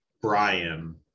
Brian